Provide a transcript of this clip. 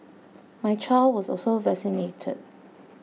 my child was also vaccinated